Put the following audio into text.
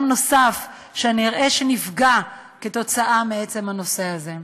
נוסף שאני אראה שנפגע מעצם הנושא הזה.